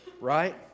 right